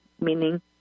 meaning